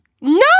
no